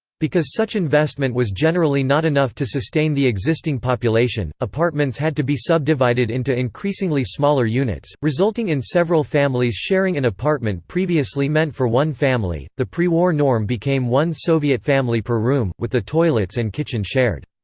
because such investment was generally not enough to sustain the existing population, apartments had to be subdivided into increasingly smaller units, resulting in several families sharing an apartment previously meant for one family the prewar norm became one soviet family per room, with the toilets and kitchen shared.